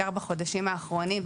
בעיקר בחודשים האחרונים,